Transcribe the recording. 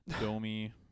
Domi